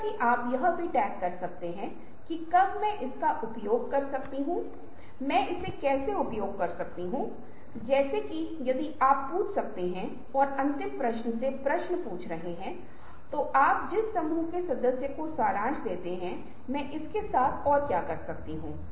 मैंने इसे अलग किया और मैं इसके बारे में बात करता हूं अधिक या मैं कम कह सकता हूं मैं महान प्रलोभन के बारे में बात करता हूं मैं किसी भी विचारों की सूची के बारे में बात कर सकता हूं दिलचस्प है कि मैं कई अन्य विचारों के साथ आ सकता हूं